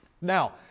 Now